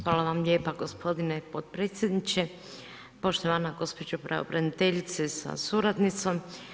Hvala vam lijepa gospodine potpredsjedniče, poštovana gospođo pravobraniteljice sa suradnicom.